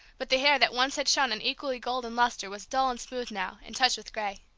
but the hair that once had shown an equally golden lustre was dull and smooth now, and touched with gray.